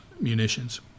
munitions